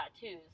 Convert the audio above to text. tattoos